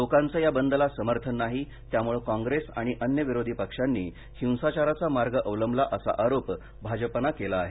लोकाच या बदला समर्थन नाही त्यामुळ काँप्रेस आणि अन्य विरोधी पक्षांनी हिंसाचाराचा मार्ग अवलबला असा आरोप भाजपानं केला आहे